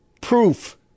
proof